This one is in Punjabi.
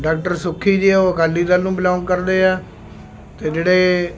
ਡਾਕਟਰ ਸੁੱਖੀ ਜੀ ਆ ਉਹ ਅਕਾਲੀ ਦਲ ਨੂੰ ਬਿਲੌਂਗ ਕਰਦੇ ਆ ਅਤੇ ਜਿਹੜੇ